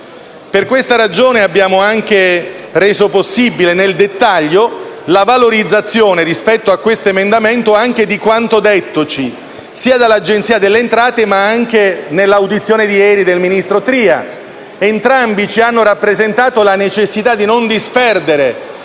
Per questa ragione, abbiamo reso possibile nel dettaglio la valorizzazione, rispetto a questo emendamento, non solo di quanto detto dall'Agenzia delle entrate, ma anche nella audizione di ieri del ministro Tria. Entrambi ci hanno rappresentato la necessità di non disperdere